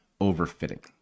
overfitting